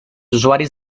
usuaris